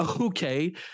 okay